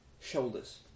shoulders